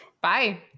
Bye